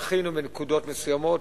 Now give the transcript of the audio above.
זכינו בנקודות מסוימות,